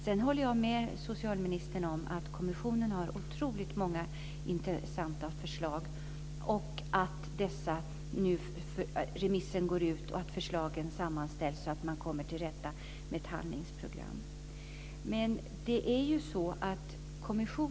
Jag håller med socialministern om att kommissionen har otroligt många intressanta förslag. Remissen går nu ut, och sedan ska förslagen sammanställas så att man kommer till rätta med ett handlingsprogram.